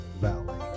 valley